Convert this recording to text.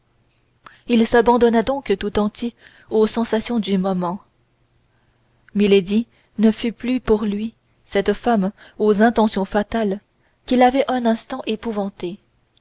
il s'abandonna donc tout entier aux sensations du moment milady ne fut plus pour lui cette femme aux intentions fatales qui l'avait un instant épouvanté